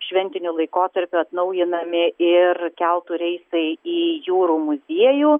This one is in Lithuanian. šventiniu laikotarpiu atnaujinami ir keltų reisai į jūrų muziejų